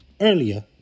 Earlier